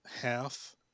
half